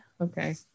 okay